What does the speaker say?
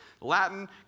Latin